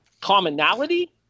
commonality